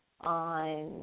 On